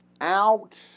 out